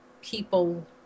people